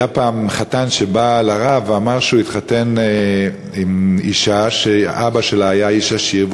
פעם בא חתן לרב ואמר שהוא התחתן עם אישה שאבא שלה עשיר,